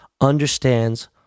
understands